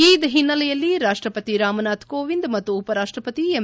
ಈದ್ ಹಿನ್ನೆಲೆಯಲ್ಲಿ ರಾಷ್ಟಪತಿ ರಾಮನಾಥ್ ಕೋವಿಂದ್ ಮತ್ತು ಉಪರಾಷ್ಟಪತಿ ಎಂ